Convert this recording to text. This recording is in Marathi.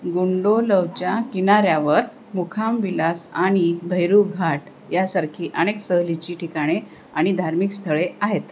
गुंडोलव च्या किनाऱ्यावर मुखाम विलास आणि भैरू घाट यांसारखी अनेक सहलीची ठिकाणे आणि धार्मिक स्थळे आहेत